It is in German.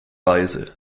reise